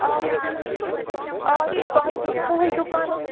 آ آ تۄہہِ دِ تُہٕنٛدِ دُکانَس